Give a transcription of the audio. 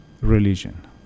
religion